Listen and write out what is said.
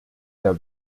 der